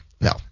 No